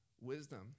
wisdom